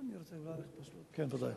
אני רוצה לברך, פשוט, כן, תודה.